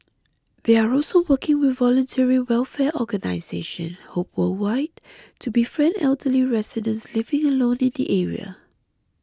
they are also working with voluntary welfare organisation hope worldwide to befriend elderly residents living alone in the area